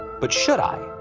but should i?